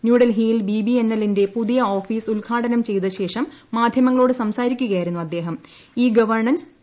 ന്യൂഡൽഹിയിൽ B B N എലിന്റെ പുതിയ ഓഫീസ് ഉദ്ഘാടനം ചെയ്ത ശേഷം മാധ്യമങ്ങളോട് സംസാരിക്കുകയായിരുന്നു ഇ ഗവർണൻസ് അദ്ദേഹം